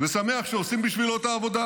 ושמח שעושים בשבילו את העבודה.